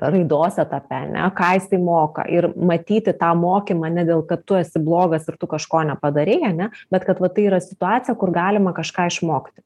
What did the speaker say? raidos etape ane ką jisai moka ir matyti tą mokymą ne dėl kad tu esi blogas ir tu kažko nepadarei ane bet kad va tai yra situacija kur galima kažką išmokti